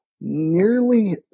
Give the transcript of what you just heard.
nearly